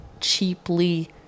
cheaply